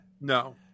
No